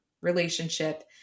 relationship